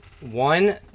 one